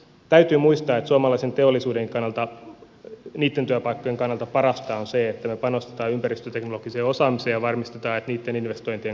täytyy muistaa että suomalaisen teollisuudenkin kannalta niitten työpaikkojen kannalta parasta on se että me panostamme ympäristöteknologiseen osaamiseen ja varmistamme että niitten investointien kannattavuus on kunnossa